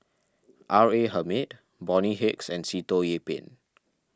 R A Hamid Bonny Hicks and Sitoh Yih Pin